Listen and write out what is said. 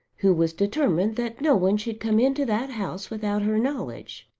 who was determined that no one should come into that house without her knowledge.